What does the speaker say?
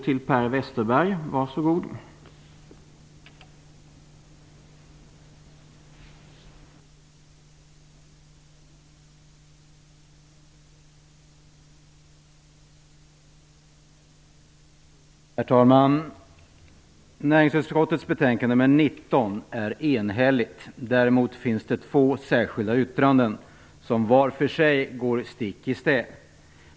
Herr talman! Näringsutskottets betänkande nr 19 är enhälligt. Däremot finns det två särskilda yttranden, som går stick i stäv mot varandra.